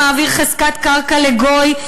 המעביר חזקת קרקע לגוי,